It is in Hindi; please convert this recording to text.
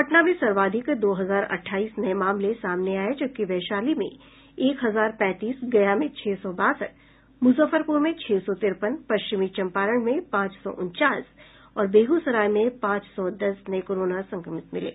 पटना में सर्वाधिक दो हजार अठाईस नए नये मामले सामने आये हैं जबकि वैशाली में एक हजार पैंतीस गया में छह सौ बासठ मूजफ्फरपूर में छह सौ तिरपन पश्चिमी चंपारण में पांच सौ उनचास और बेगूसराय में पांच सौ दस नए कोरोना संक्रमित मिले